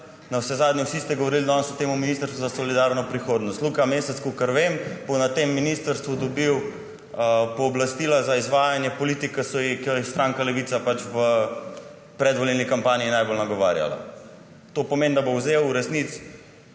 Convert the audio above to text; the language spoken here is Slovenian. Navsezadnje ste vsi govorili danes o ministrstvu za solidarno prihodnost. Luka Mesec, kot vem, bo na tem ministrstvu dobil pooblastila za izvajanje politike, ki jo je stranka Levica v predvolilni kampanji najbolj nagovarjala. To pomeni, da bo vzel v resnici